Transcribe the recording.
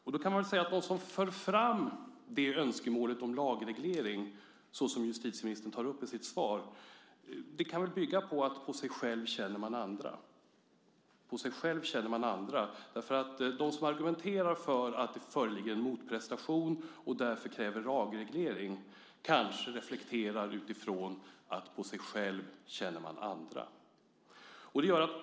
Man kan väl säga att de som för fram önskemålet om lagreglering - såsom justitieministern tar upp i sitt svar - kan bygga på att man genom sig själv känner andra. De som argumenterar för att det föreligger en motprestation och därför kräver avreglering reflekterar kanske utifrån att man genom sig själv känner andra.